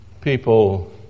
people